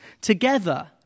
together